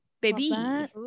baby